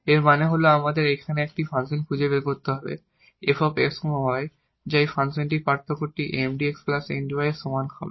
এর মানে হল আমাদের এখানে একটি ফাংশন খুঁজে বের করতে হবে 𝑓 𝑥 𝑦 যা এই ফাংশনের পার্থক্যটি 𝑀𝑑𝑥 𝑁𝑑𝑦 এর সমান হবে